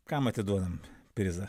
kam atiduodam prizą